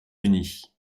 unis